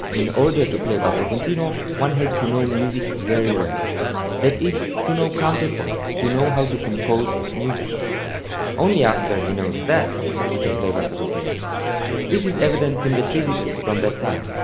in order to play basso continuo one has to know music very well that is, to know counterpoint, to know how to compose music only after he knows that he can play basso continuo this is evident in the treatises from that time,